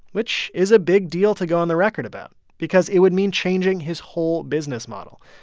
which is a big deal to go on the record about because it would mean changing his whole business model.